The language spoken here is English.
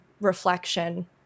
reflection